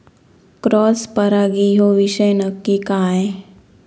Cross परागी ह्यो विषय नक्की काय?